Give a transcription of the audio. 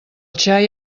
xai